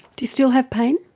do you still have pain?